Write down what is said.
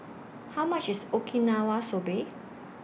How much IS Okinawa Soba